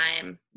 time